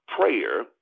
prayer